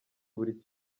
buri